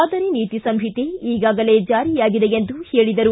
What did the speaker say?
ಮಾದರಿ ನೀತಿ ಸಂಹಿತೆ ಈಗಾಗಲೇ ಜಾರಿಯಾಗಿದೆ ಎಂದು ಹೇಳಿದರು